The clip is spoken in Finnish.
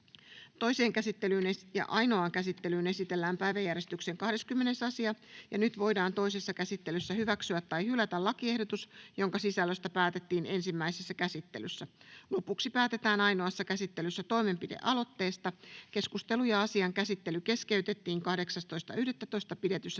Toiseen käsittelyyn ja ainoaan käsittelyyn esitellään päiväjärjestyksen 20. asia. Nyt voidaan toisessa käsittelyssä hyväksyä tai hylätä lakiehdotus, jonka sisällöstä päätettiin ensimmäisessä käsittelyssä. Lopuksi päätetään ainoassa käsittelyssä toimenpidealoitteesta. Keskustelu ja asian käsittely keskeytettiin 8.11.2024 pidetyssä